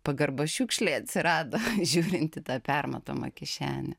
pagarba šiukšlei atsirado žiūrint į tą permatomą kišenę